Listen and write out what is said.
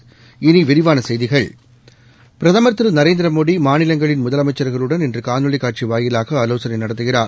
இனி விரிவான செய்திகள் பிரதமர் திரு நரேந்திரமோடி மாநிலங்களின் முதலமைச்சர்களுடன் இன்று காணொலி காட்சி வாயிலாக ஆலோசனை நடத்துகிறார்